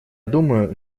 думаю